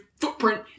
footprint